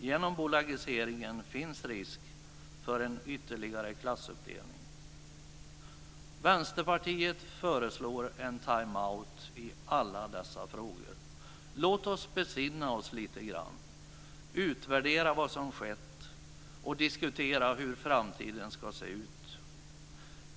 Genom bolagiseringen finns risk för en ytterligare klassuppdelning. Vänsterpartiet föreslår en time-out i alla dessa frågor. Låt oss besinna oss lite grann, utvärdera vad som skett och diskutera hur framtiden ska se ut.